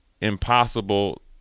impossible